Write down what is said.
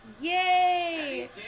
Yay